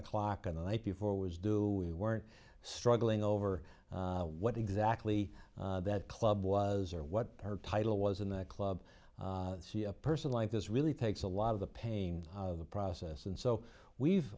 o'clock on the night before was due we weren't struggling over what exactly that club was or what her title was in the club see a person like this really takes a lot of the pain of the process and so we've